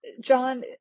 john